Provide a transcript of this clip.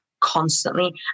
constantly